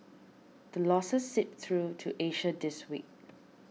the losses seeped through to Asia this week